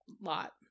lot